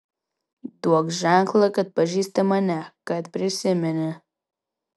duok ženklą kad pažįsti mane kad prisimeni